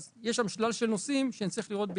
יש שם שלל נושאים שנצטרך לראות,